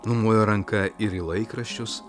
numojo ranka ir į laikraščius